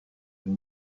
elle